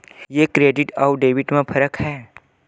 ये क्रेडिट आऊ डेबिट मा का फरक है?